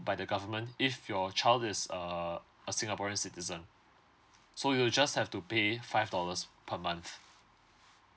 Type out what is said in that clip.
by the government if your child is err a singaporean citizen so you'll just have to pay five dollars per month